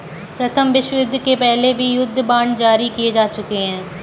प्रथम विश्वयुद्ध के पहले भी युद्ध बांड जारी किए जा चुके हैं